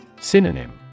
Synonym